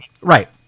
right